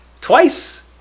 Twice